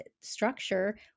structure